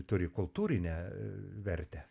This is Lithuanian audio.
turi kultūrinę vertę